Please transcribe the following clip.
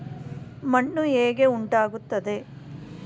ಮಣ್ಣು ಹೇಗೆ ಉಂಟಾಗುತ್ತದೆ?